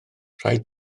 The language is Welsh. rhaid